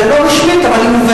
לא רשמית, אבל היא מובנת.